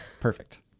Perfect